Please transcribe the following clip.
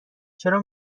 چرا